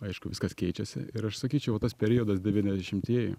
aišku viskas keičiasi ir aš sakyčiau va tas periodas devyniasdešimtieji